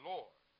Lord